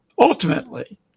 ultimately